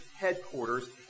headquarters